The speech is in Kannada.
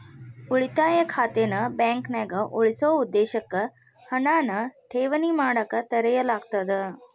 ಉಳಿತಾಯ ಖಾತೆನ ಬಾಂಕ್ನ್ಯಾಗ ಉಳಿಸೊ ಉದ್ದೇಶಕ್ಕ ಹಣನ ಠೇವಣಿ ಮಾಡಕ ತೆರೆಯಲಾಗ್ತದ